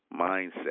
mindset